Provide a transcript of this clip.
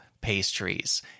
pastries